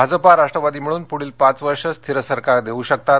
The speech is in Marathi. भाजपा राष्ट्रवादी मिळून पुढील पाच वर्षे स्थिर सरकार देऊ शकतात